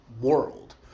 world